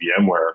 VMware